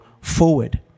forward